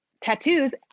tattoos